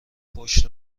پشت